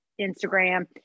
Instagram